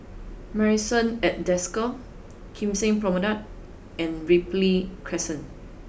Marrison at Desker Kim Seng Promenade and Ripley Crescent